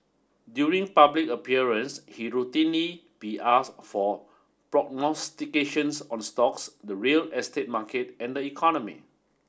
during public appearance he'd routinely be asked for prognostications on stocks the real estate market and the economy